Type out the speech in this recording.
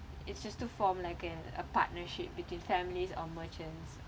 it's just to form like an a partnership between families or merchants